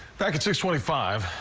back at six twenty five.